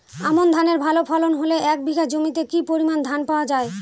আমন ধানের ভালো ফলন হলে এক বিঘা জমিতে কি পরিমান ধান পাওয়া যায়?